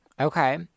okay